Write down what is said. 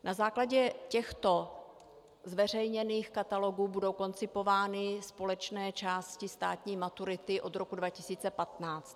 Na základě těchto zveřejněných katalogů budou koncipovány společné části státní maturity od roku 2015.